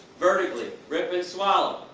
vertically, rip and swallow,